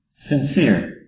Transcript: sincere